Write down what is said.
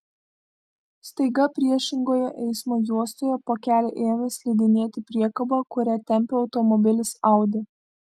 staiga priešingoje eismo juostoje po kelią ėmė slidinėti priekaba kurią tempė automobilis audi